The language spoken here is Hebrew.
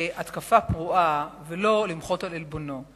להתקפה פרועה, ולא כדי למחות על עלבונו.